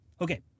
Okay